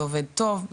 זה עובד טוב,